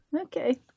Okay